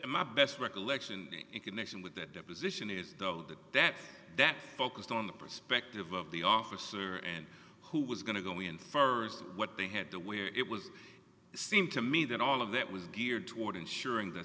and my best recollection in connection with that deposition is though that that that focused on the perspective of the officer and who was going to go in st what they had to where it was seem to me that all of that was geared toward ensuring the